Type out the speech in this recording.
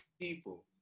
people